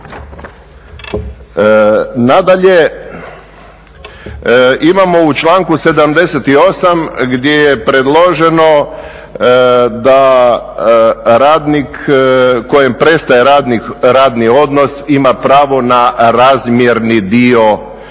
Nadalje, imamo u članku 78. gdje je predloženo da radnik kojem prestaje radni odnos ima pravo na razmjerni dio godišnjeg